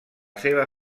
seva